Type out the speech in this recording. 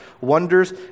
wonders